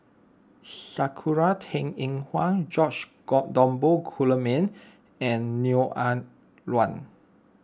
Sakura Teng Ying Hua George Dromgold Coleman and Neo Ah Luan